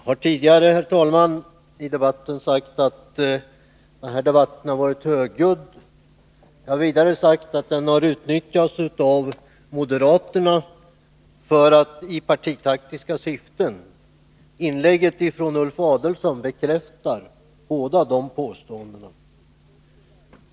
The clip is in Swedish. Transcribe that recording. Herr talman! Jag har tidigare i dag sagt att denna debatt varit högljudd. Jag har vidare sagt att den har utnyttjats av moderaterna i partitaktiska syften. Inlägget från Ulf Adelsohn bekräftar båda dessa påståenden.